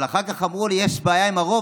אבל אחר כך אמרו לו: יש בעיה עם הרוב,